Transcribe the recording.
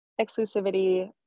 exclusivity